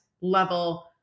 level